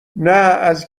نه، از